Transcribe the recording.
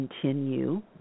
continue